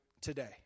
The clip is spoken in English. today